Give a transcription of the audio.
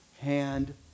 hand